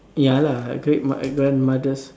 ya lah great my grandmother's